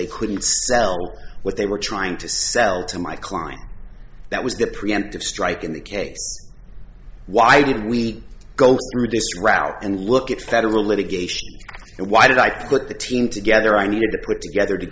they couldn't sell what they were trying to sell to my client that was the preemptive strike in that case why did we go through this route and look at federal litigation and why did i put the team together i needed to put together to